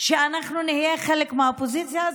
שאנחנו נהיה חלק מהאופוזיציה?